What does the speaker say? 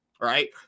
right